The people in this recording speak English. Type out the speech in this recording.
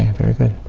very good.